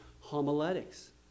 homiletics